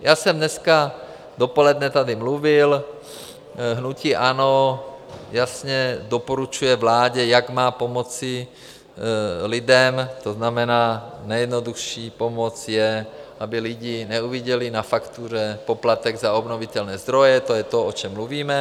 Já jsem dneska dopoledne tady mluvil, hnutí ANO jasně doporučuje vládě, jak má pomoci lidem, to znamená, nejjednodušší pomoc je, aby lidi neviděli na faktuře poplatek za obnovitelné zdroje, to je to, o čem mluvíme.